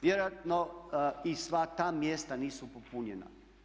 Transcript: Vjerojatno i sva ta mjesta nisu popunjena.